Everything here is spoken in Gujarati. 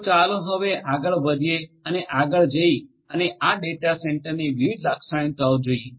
તો ચાલો હવે આગળ વધીએ અને આગળ જઈ અને આ ડેટા સેન્ટરોની વિવિધ લાક્ષણિકતાઓ જોઈએ